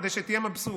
כדי שתהיה מבסוט,